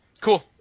Cool